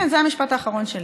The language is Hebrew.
כן, משפט אחרון שלי.